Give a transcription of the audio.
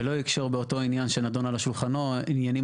ולא יקשור באותו עניין שנדון על שולחנו עניינים